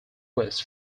west